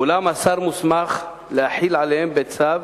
אולם השר מוסמך להחיל עליהם בצו